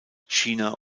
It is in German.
china